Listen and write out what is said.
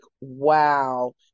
wow